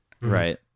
Right